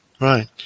Right